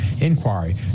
inquiry